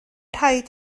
rhaid